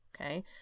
okay